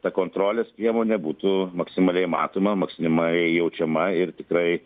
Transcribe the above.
ta kontrolės priemonė būtų maksimaliai matoma maksimaliai jaučiama ir tikrai